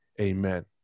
amen